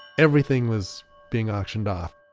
everything was being auctioned off.